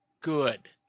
good